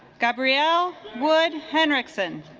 gabrielle would henriksen